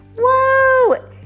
Whoa